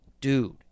dude